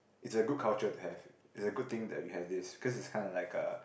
it's a good culture to have is a good thing that we have this cause it's kinda of like a